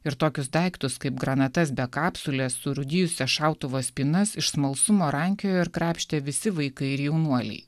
ir tokius daiktus kaip granatas be kapsulės surūdijusias šautuvo spynas iš smalsumo rankiojo ir krapštė visi vaikai ir jaunuoliai